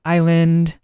Island